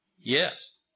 Yes